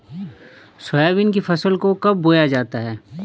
Soybean की फसल को कब बोया जाता है?